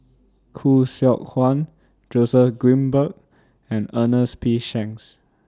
Khoo Seok Wan Joseph Grimberg and Ernest P Shanks